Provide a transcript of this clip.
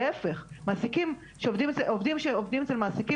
אלא להיפך עובדים שמועסקים אצל מעסיקים